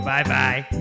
Bye-bye